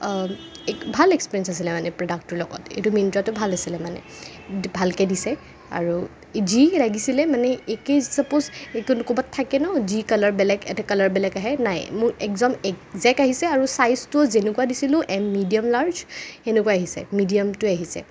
অ ভাল এক্সপেৰিয়েঞ্চ আছিলে মানে প্ৰডাক্টটোৰ লগত এইটো মিন্ট্ৰাটো ভাল আছিলে মানে ভালকে দিছে আৰু যি লাগিছিলে মানে একেই চাপ'জ ক'ৰবাত থাকে ন' যি কালাৰ বেলেগ এটা কালাৰ বেলেগ আহে নাই মোৰ একদম এক্জেক্ট আহিছে আৰু চাইজটো যেনেকুৱা দিছিলো মিডিয়াম লাৰ্জ সেনেকুৱাই আহিছে মিডিয়ামটোৱে আহিছে